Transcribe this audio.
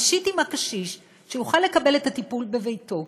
ראשית, עם הקשיש, שיוכל לקבל את הטיפול בביתו,